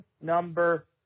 Number